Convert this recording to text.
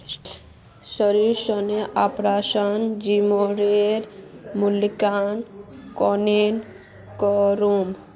शेयरेर संगे ऑपरेशन जोखिमेर मूल्यांकन केन्ने करमू